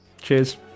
Cheers